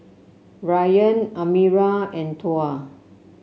Ryan Amirah and Tuah